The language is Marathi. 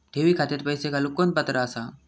ठेवी खात्यात पैसे घालूक कोण पात्र आसा?